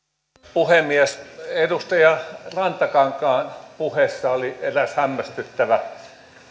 puhemies edustaja rantakankaan puheessa oli eräs hämmästyttävä